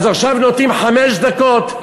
אז עכשיו נותנים חמש דקות,